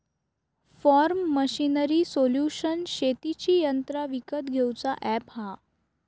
form machinery solution शेतीची यंत्रा विकत घेऊचा अॅप हा